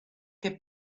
che